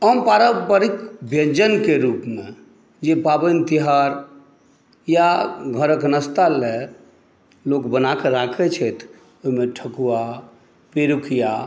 आम पारम्परिक व्यञ्जनके रूप जे पाबनि तिहार या घरक नाश्ता लेल लोक बना कऽ राखैत छथि ओहिमे ठकुआ पिरुकिया